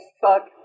fuck